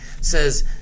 says